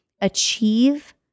achieve